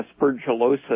Aspergillosis